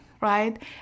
right